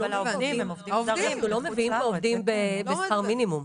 אנחנו לא מביאים פה עובדים בשכר מינימום.